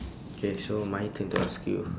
K so my turn to ask you